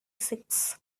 six